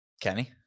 Kenny